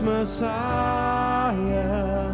Messiah